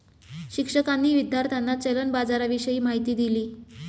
शिक्षकांनी विद्यार्थ्यांना चलन बाजाराविषयी माहिती दिली